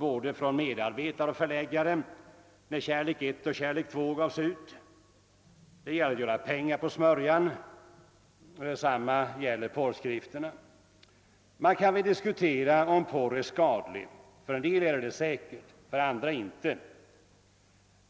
både medarbetare och förläggare rent ut när Kärlek I och II gavs ut. Det gällde att göra pengar på smörjan. Detsamma gäller andra porrskrifter. Man kan väl diskutera huruvida porr är skadlig. För en del är den det säkert, för andra inte.